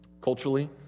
Culturally